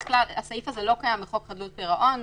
הסעיף הזה לא קיים בחוק חדלות פירעון.